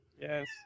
Yes